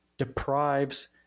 deprives